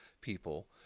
people